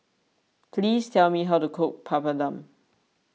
please tell me how to cook Papadum